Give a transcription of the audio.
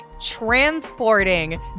transporting